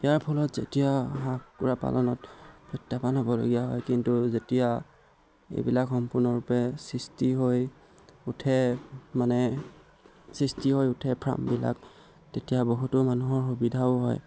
ইয়াৰ ফলত যেতিয়া হাঁহ কুকুৰা পালনত প্ৰত্যাহ্বান হ'বলগীয়া হয় কিন্তু যেতিয়া এইবিলাক সম্পূৰ্ণৰূপে সৃষ্টি হৈ উঠে মানে সৃষ্টি হৈ উঠে ফ্ৰামবিলাক তেতিয়া বহুতো মানুহৰ সুবিধাও হয়